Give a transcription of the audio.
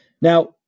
Now